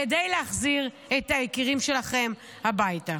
כדי להחזיר את היקירים שלכם הביתה.